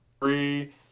three